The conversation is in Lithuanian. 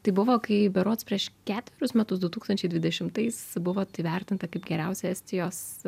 tai buvo kai berods prieš ketverius metus du tūkstančiai dvidešimtais buvot įvertinta kaip geriausia estijos